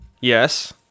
yes